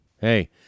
Hey